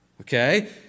okay